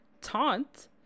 Taunt